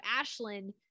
Ashlyn